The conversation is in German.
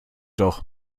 doch